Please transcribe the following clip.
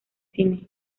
cine